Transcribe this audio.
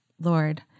Lord